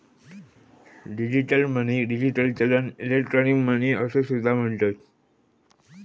digital मनीक digital चलन, electronic money असो सुद्धा म्हणतत